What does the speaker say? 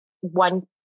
one